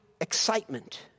excitement